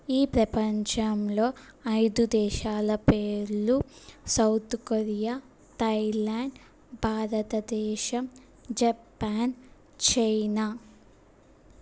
ఈ ప్రపంచంలో ఐదు దేశాల పేర్లు South Korea Thailand Bharatadesam Japan China